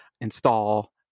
install